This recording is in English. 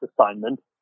assignment